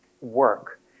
work